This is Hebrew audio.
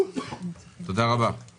חמישה מיליון שקל זה על המלאי,